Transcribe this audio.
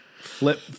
Flip